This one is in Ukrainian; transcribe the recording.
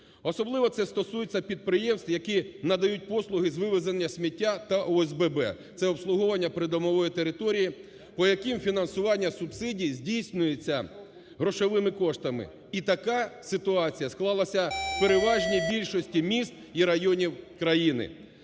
Особливо це стосується підприємств, які надають послуги з вивезення сміття та ОСББ, це обслуговування придомової території, по яким фінансування субсидій здійснюється грошовими коштами. І така ситуація склалася в переважній більшості міст і районів країні.